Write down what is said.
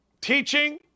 teaching